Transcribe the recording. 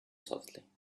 softly